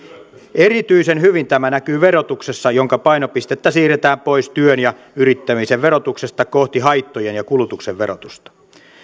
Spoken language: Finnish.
erityisen hyvin tämä näkyy verotuksessa jonka painopistettä siirretään pois työn ja yrittämisen verotuksesta kohti haittojen ja kulutuksen verotusta